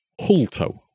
Hulto